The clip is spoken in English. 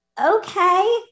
okay